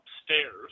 upstairs